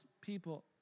people